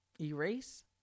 erase